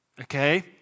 Okay